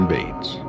Bates